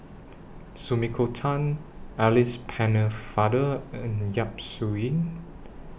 Sumiko Tan Alice Pennefather and Yap Su Yin